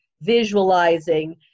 visualizing